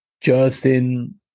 justin